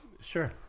Sure